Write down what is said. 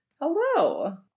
Hello